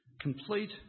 complete